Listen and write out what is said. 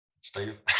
Steve